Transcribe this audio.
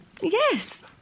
yes